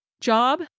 job